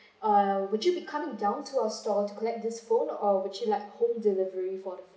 uh would you be coming down to our store to collect this phone or would you like home delivery for the phone